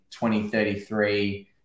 2033